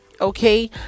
okay